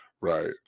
Right